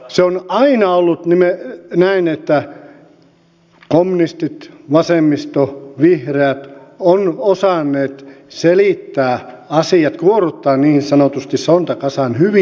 se on aina ollut näin että kommunistit vasemmisto vihreät ovat osanneet selittää asiat kuorruttaa niin sanotusti sontakasan hyvin nätiksi